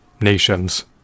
nations